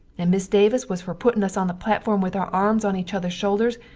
and miss davis was fer puttin us on the platferm with our arms on each others shoulders,